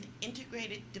integrated